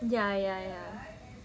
ya ya ya